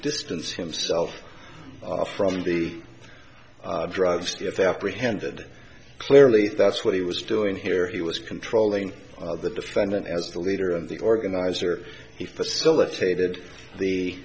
distance himself from the drugs if apprehended clearly that's what he was doing here he was controlling the defendant as the leader and the organizer he facilitated the